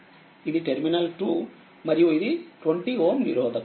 ఇది టెర్మినల్ 2మరియు ఇది 20 Ωనిరోధకత